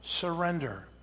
Surrender